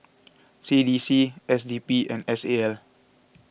C D C S D P and S A L